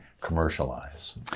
commercialize